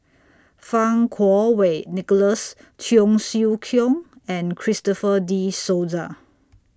Fang Kuo Wei Nicholas Cheong Siew Keong and Christopher De Souza